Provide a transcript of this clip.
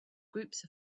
groups